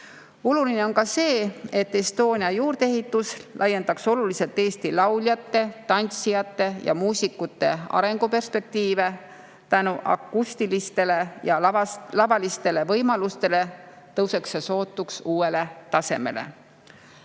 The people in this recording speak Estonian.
Oluline on ka see, et Estonia juurdeehitus laiendaks oluliselt Eesti lauljate, tantsijate ja muusikute arenguperspektiive. Tänu akustilistele ja lavalistele võimalustele tõuseks see sootuks uuele tasemele.